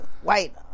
white